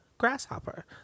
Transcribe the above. grasshopper